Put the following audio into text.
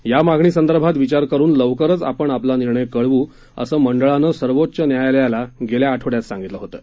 या मागणी संदर्भात विचार करून लवकरच आपण आपला निर्णय कळव् असं मंडळानं सर्वोच्च न्यायालयाला गेल्या आठवड्यात सांगितलं होतं